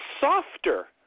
softer